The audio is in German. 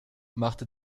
machte